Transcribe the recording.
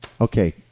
Okay